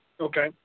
Okay